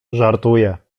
żartuje